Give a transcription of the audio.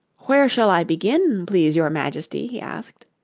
where shall i begin, please your majesty he asked.